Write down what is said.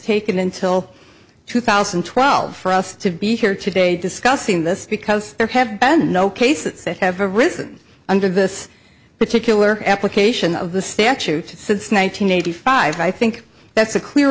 taken until two thousand and twelve for us to be here today discussing this because there have been no cases that have arisen under this particular application of the statute since nine hundred eighty five i think that's a clear